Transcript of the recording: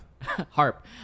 Harp